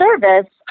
service